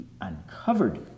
uncovered